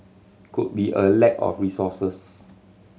could be a lack of resources